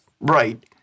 right